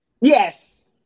Yes